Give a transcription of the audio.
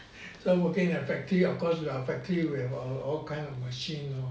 so working in a factory of course we are a factory we have all kind of machine lor